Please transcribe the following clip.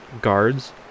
guards